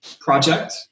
project